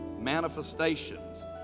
manifestations